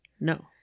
no